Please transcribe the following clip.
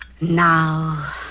Now